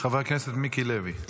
חבר הכנסת מיקי לוי.